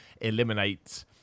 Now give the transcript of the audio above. eliminate